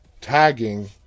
tagging